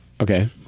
Okay